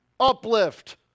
Uplift